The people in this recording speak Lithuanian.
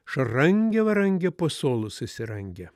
šarangė varangė po suolu susirangė